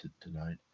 tonight